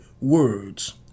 words